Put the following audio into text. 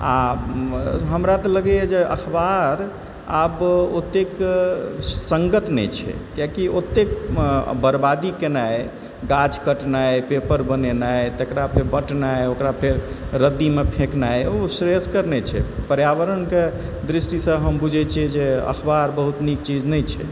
आ हमरा तऽ लगैए जे अखबार आब ओतेक सङ्गत नहि छै कियाकि ओतेक बरबादी केनाइ गाछ कटनाइ पेपर बनेनाइ तकरा फेर बँटनाइ ओकरा फेर रद्दीमे फेँकनाइ ओ श्रेयस्कर नहि छै पर्यावरणके दृष्टिसँ हम बुझैत छियै जे अखबार बहुत नीक चीज नहि छै